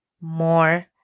more